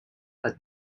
are